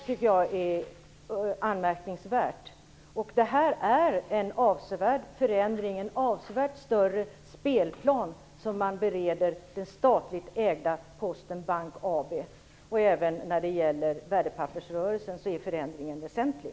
Detta är anmärkningsvärt, och det innebär att man bereder den statligt ägda Postgirot Bank AB en avsevärt större spelplan. Även när det gäller värdepappersrörelsen är förändringen väsentlig.